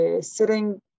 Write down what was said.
sitting